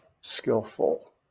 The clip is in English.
skillful